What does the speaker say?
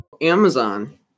Amazon